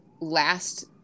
last